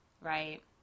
Right